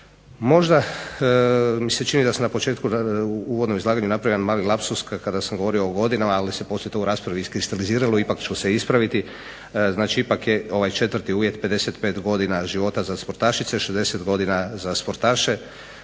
Možda mi se čini da smo na početku napravio jedan mali lapsus kada sam govorio o godinama ali se to poslije u raspravi iskristaliziralo ipak ću se ispraviti, znači ipak je ovaj 4. uvjet 55 godina života za sportašica, 60 godina za sportaše,